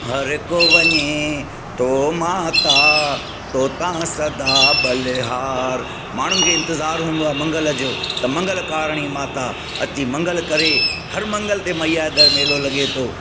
हर को वञे थो माता तोतां सदा ॿलिहार माण्हुनि खे इंतिज़ारु हूंदो आहे मंगल जो त मंगलकारणी माता अची मंगल करे हर मंगल ते मैया जे दरु मेलो लॻे थो